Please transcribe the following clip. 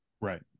Right